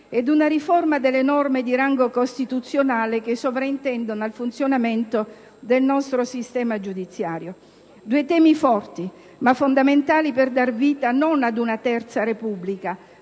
e una riforma delle norme di rango costituzionale che sovrintendono al funzionamento del nostro sistema giudiziario. Sono due temi forti, ma fondamentali per dar vita non ad una Terza Repubblica,